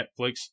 netflix